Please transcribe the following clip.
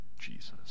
Jesus